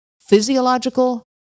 physiological